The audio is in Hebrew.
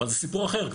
אבל זה סיפור אחר כבר.